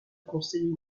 conseiller